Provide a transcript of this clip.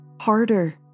harder